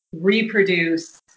reproduce